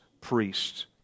priests